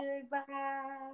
goodbye